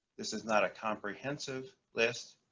this is not a comprehensive list,